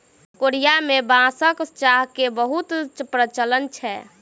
Korea में बांसक चाह के बहुत प्रचलन छै